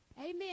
Amen